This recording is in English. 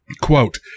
Quote